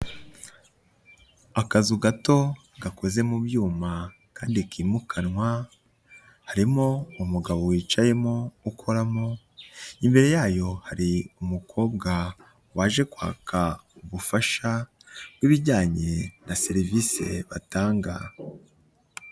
Akazu gato gakoze mu byuma kandi kimukanwa, harimo umugabo wicayemo ukoramo, imbere yayo, hari umukobwa waje kwaka ubufasha bw'ibijyanye na serivisi batanga.